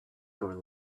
grow